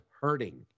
hurting